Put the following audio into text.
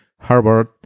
Harvard